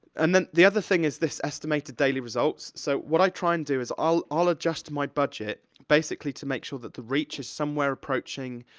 and then, the other thing is this estimated daily results. so, what i try and do is i'll, i'll adjust my budget basically to make sure that the reach is somewhere approaching